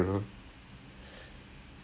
E ya ya ya ya ya